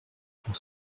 pour